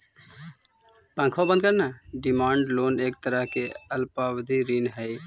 demand loan एक तरह के अल्पावधि ऋण हइ